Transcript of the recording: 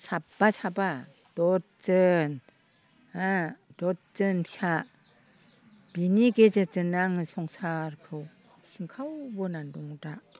साबा साबा दर्जन हा दर्जन फिसा बिनि गेजेरजोंनो आङो संसारखौ सिंखाव बोनानै दङ दा